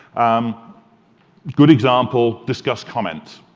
um good example, disqus comments.